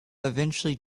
eventually